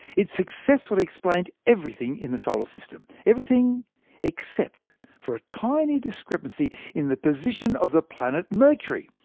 it successfully explained everything in the solar system everything except for a tiny discrepancy in the position of the planet, mercury.